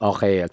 Okay